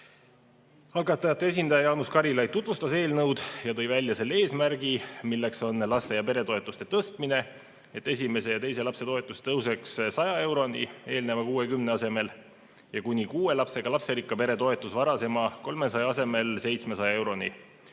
esindaja Jaanus Karilaid tutvustas eelnõu ja tõi välja selle eesmärgi, milleks on laste‑ ja peretoetuste tõstmine, et esimese ja teise lapse toetus tõuseks 100 euroni eelneva 60 asemel, kuni kuue lapsega lasterikka pere toetus varasema 300 asemel 700 euroni